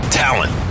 talent